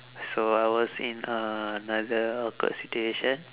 so I was in a~ another awkward situation